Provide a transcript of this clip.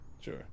sure